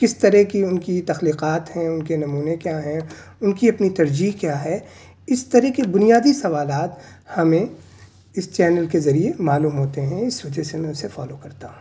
كس طرح کی ان کی تخليقات ہیں ان کے نمونے کیا ہیں ان کی اپنی ترجیح کیا ہے اس طرح کے بنیادی سوالات ہمیں اس چینل کے ذریعے معلوم ہوتے ہیں اس وجہ سے میں اسے فالو کرتا ہوں